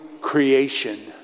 creation